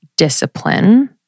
Discipline